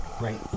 Right